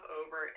over